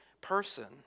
person